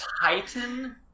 Titan